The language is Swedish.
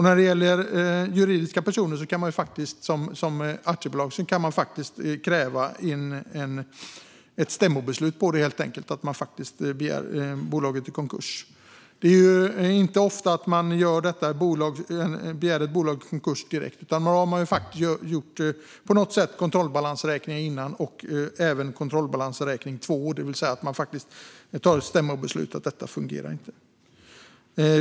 När det gäller juridiska personer som aktiebolag kan faktiskt ett stämmobeslut om att begära bolaget i konkurs krävas in. Det är inte ofta man begär ett bolag i konkurs direkt, utan man gör en kontrollbalansräkning innan. Man gör även en andra kontrollbalansräkning, det vill säga man tar ett stämmobeslut om att det inte fungerar.